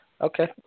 Okay